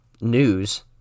news